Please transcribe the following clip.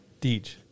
Deej